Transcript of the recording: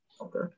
Okay